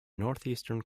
northeastern